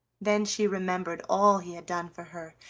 then she remembered all he had done for her,